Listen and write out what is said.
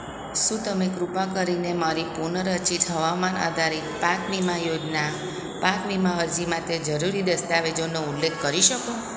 શું તમે કૃપા કરીને મારી પુનઃરચિત હવામાન આધારિત પાક વીમા યોજના પાક વીમા અરજી માટે જરૂરી દસ્તાવેજોનો ઉલ્લેખ કરી શકો